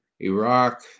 Iraq